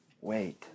Wait